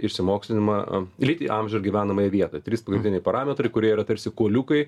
išsimokslinimą lytį amžių ir gyvenamąją vietą trys pagrindiniai parametrai kurie yra tarsi kuoliukai